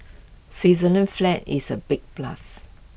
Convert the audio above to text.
Switzerland's flag is A big plus